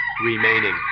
remaining